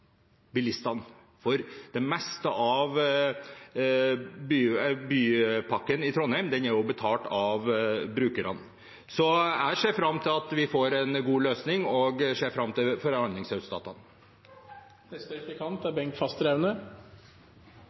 bilistene, for det meste av bypakken i Trondheim er betalt av brukerne. Så jeg ser fram til at vi får en god løsning, og ser fram til forhandlingsresultatene. Senterpartiet er